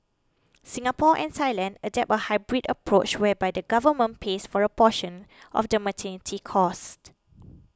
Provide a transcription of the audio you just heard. Singapore and Thailand adopt a hybrid approach whereby the government pays for a portion of the maternity costs